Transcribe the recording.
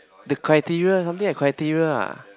the criteria something like criteria ah